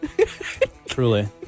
Truly